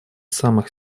самых